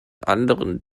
anderen